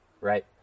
right